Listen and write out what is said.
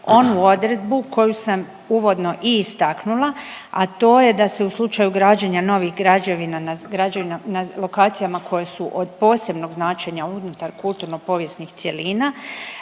onu odredbu koju sam uvodno i istaknula, a to je da se u slučaju građenja novih građevina na lokacijama koje su od posebnog značenja unutar kulturno povijesnih cjelina,